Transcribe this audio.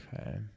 Okay